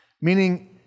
Meaning